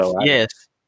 yes